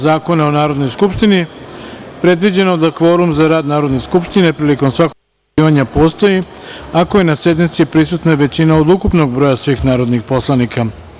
Zakona o Narodnoj skupštini predviđeno da kvorum za rad Narodne skupštine prilikom svakog odlučivanja postoji ako je na sednici prisutna većina od ukupnog broja svih narodnih poslanika.